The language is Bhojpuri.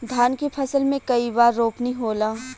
धान के फसल मे कई बार रोपनी होला?